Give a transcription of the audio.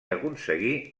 aconseguí